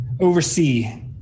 Oversee